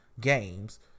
games